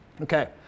Okay